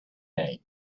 name